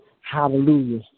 Hallelujah